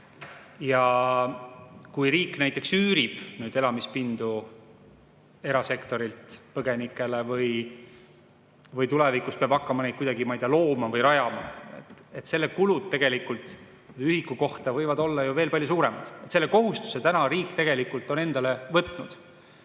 Kui riik näiteks üürib nüüd elamispindu erasektoris põgenikele või tulevikus peab hakkama neid kuidagi, ma ei tea, looma või rajama, siis kulud ühiku kohta võivad olla ju veel palju suuremad. Selle kohustuse on riik tegelikult endale võtnud.